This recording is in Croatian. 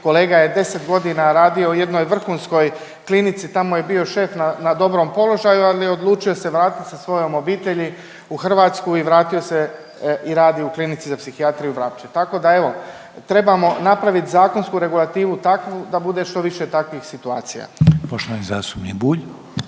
kolega je 10 godina radio u jednoj vrhunskoj klinici, tamo je bio šef na dobrom položaju, ali je odlučio se vratiti sa svojom obitelji u Hrvatsku i vratio se i radi u Klinici za psihijatriju Vrapče. Tako da evo trebamo napravit zakonsku regulativu takvu da bude što više takvih situacija. **Reiner, Željko